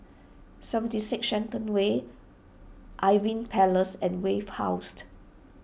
seventy six Shenton Way Irving Place and Wave Housed